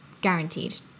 guaranteed